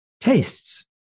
tastes